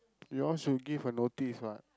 you all should give a notice what